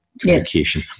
communication